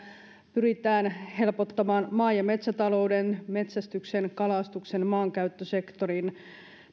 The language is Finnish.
pyritään helpottamaan maa ja metsätalouden metsästyksen sekä kalastuksen maankäyttösektorin